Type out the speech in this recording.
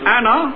Anna